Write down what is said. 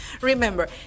remember